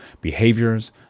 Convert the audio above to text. behaviors